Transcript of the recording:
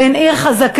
בין עיר חזקה,